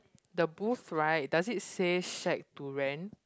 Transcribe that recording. the booth right does it say shack to rent